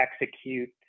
execute